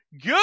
good